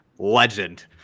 Legend